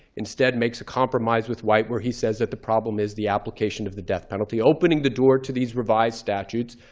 instead, makes a compromise with white where he says that the problem is the application of the death penalty, opening the door to these revised statutes,